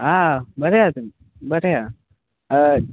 हा बरे हा तुमी बरे हा हय